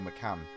McCann